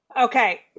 Okay